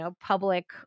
public